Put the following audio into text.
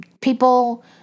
people